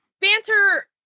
banter